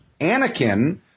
Anakin